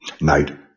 Night